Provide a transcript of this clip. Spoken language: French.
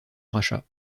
rachat